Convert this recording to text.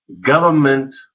government